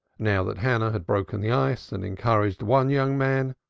now that hannah had broken the ice, and encouraged one young man,